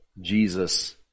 Jesus